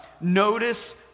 notice